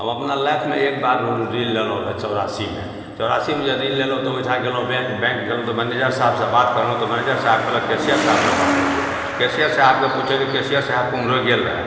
हम अपना लाइफमे एक बार ऋण लेलहुँ रहै चौरासीमे चौरासीमे जे ऋण लेलहुँ तऽ ओहिठाम गेलहुँ बैँक बैँक गेलहुँ तऽ मैनेजर साहबसे बात करलहुँ तऽ मैनेजर साहब कहलक कैशिअर साहेबसे बात करिऔ कैशिअर साहेबके पुछलिए तऽ कैशिअर साहेब कोम्हरो गेल रहै